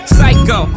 Psycho